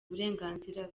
uburenganzira